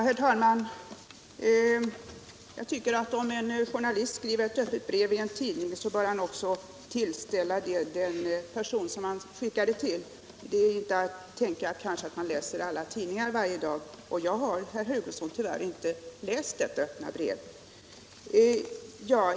Herr talman! Om en journalist skriver ett öppet brev i en tidning bör han också skicka det till den person brevet avser. Det är inte att fordra att man skall läsa alla tidningar varje dag. Jag har, herr Hugosson, tyvärr inte läst detta öppna brev.